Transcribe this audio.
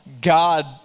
God